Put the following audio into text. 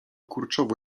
kurczowo